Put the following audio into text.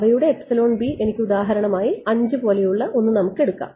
അവയുടെ എനിക്ക് ഉദാഹരണമായി 5 പോലെയുള്ള ഒന്ന് നമുക്ക് എടുക്കാം